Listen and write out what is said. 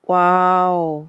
!wow!